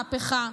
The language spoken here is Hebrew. מהפכה.